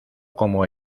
como